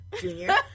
Junior